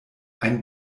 ein